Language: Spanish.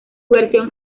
versión